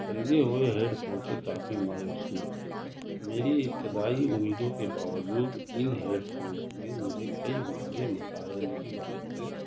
خریدے ہوئے headphones سے کافی مایوسی ہوئی میری ابتدائی امیدوں کے باوجود ان ہیڈ فونس میں مجھے کئی واضح مسائل کی وجہ سے